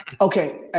Okay